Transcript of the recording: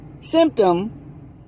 symptom